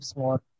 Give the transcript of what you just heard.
more